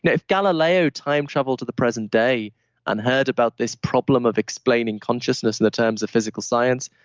if galileo time traveled to the present day and heard about this problem of explaining consciousness in the terms of physical science,